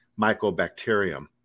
mycobacterium